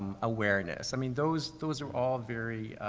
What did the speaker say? awareness. i mean, those, those are all very,